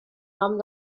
nom